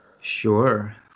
sure